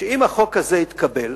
שאם החוק הזה יתקבל